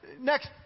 Next